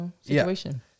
situation